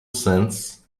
cents